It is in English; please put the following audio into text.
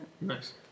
Nice